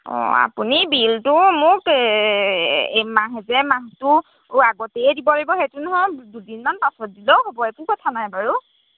অঁ আপুনি বিলটো মোক মাহ যায মাহটো আগতেই দিব লাগিব সেইটো নহয় দুদিনমান পাছত দিলেও হ'ব একো কথা নাই বাৰু